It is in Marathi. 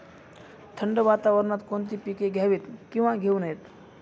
थंड वातावरणात कोणती पिके घ्यावीत? किंवा घेऊ नयेत?